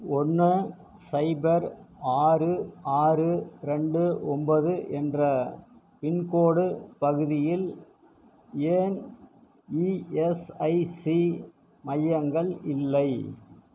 ஒன்று சைபர் ஆறு ஆறு ரெண்டு ஒம்போது என்ற பின்கோடு பகுதியில் ஏன் இஎஸ்ஐசி மையங்கள் இல்லை